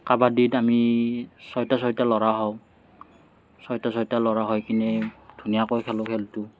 কাবাডীত আমি ছয়টা ছয়টা ল'ৰা হওঁ ছয়টা ছয়টা ল'ৰা হৈকেনে ধুনীয়াকৈ খেলোঁ খেলটো